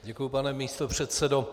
Děkuji, pane místopředsedo.